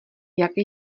jak